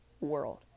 world